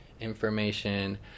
information